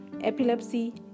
epilepsy